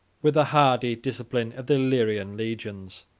with the hardy discipline of the illyrian legions.